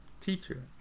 teacher